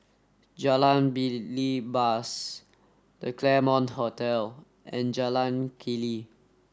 Jalan Belibas The Claremont Hotel and Jalan Keli